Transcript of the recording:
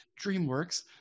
DreamWorks